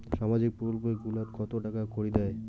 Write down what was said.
সামাজিক প্রকল্প গুলাট কত টাকা করি দেয়?